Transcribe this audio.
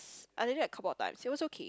I did that couple of times it was okay